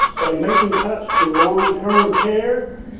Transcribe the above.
by making cuts to long-term care,